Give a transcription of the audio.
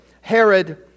Herod